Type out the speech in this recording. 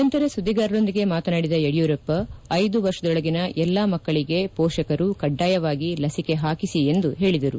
ನಂತರ ಸುದ್ದಿಗಾರರೊಂದಿಗೆ ಮಾತನಾಡಿದ ಯಡಿಯೂರಪ್ಪ ಐದು ವರ್ಷದೊಳಗಿನ ಎಲ್ಲಾ ಮಕ್ಕಳಿಗೆ ಪೋಷಕರು ಕಡ್ಡಾಯವಾಗಿ ಲಸಿಕೆ ಹಾಕಿಸಿ ಎಂದು ಹೇಳಿದರು